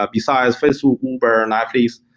but besides facebook, uber, netflix,